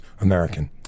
American